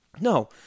No